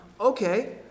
Okay